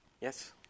Yes